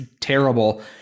terrible